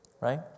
Right